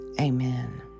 amen